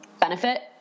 benefit